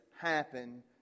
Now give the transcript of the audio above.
happen